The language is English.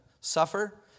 suffer